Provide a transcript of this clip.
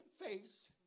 face